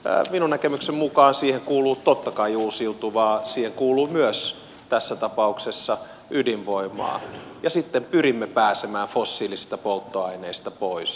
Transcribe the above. minun näkemykseni mukaan siihen kuuluu totta kai uusiutuvaa siihen kuuluu myös tässä tapauksessa ydinvoimaa ja sitten pyrimme pääsemään fossiilisista polttoaineista pois